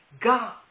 God